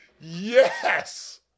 Yes